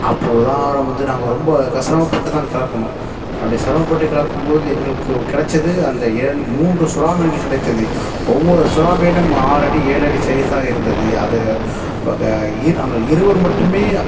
அப்போ தான் நம்ம வந்து நாங்கள் ரொம்ப கஷ்டப்பட்டுதான் கிளப்புனோம் அப்படி சிரமப்பட்டு கிளப்பும் போது எங்களுக்கு கிடச்சது அந்த மூன்று சுறா மீன்கள் கிடைத்தது ஒவ்வொரு சுறா மீனும் ஆறடி ஏழடி சைஸாக இருந்தது அதை இப்போ அதை நாங்கள் இருவர் மட்டும்